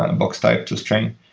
ah and box type to string.